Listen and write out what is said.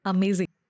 Amazing